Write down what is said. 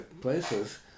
places